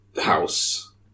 house